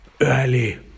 early